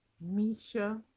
Misha